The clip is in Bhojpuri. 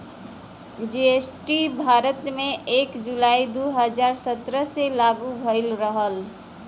जी.एस.टी भारत में एक जुलाई दू हजार सत्रह से लागू भयल रहल